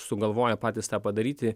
sugalvoję patys tą padaryti